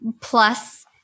plus